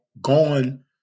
gone